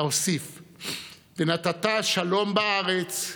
אוסיף: ונתת שלום בארץ,